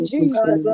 Jesus